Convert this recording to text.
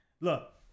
look